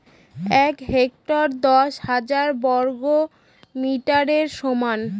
এক হেক্টর দশ হাজার বর্গমিটারের সমান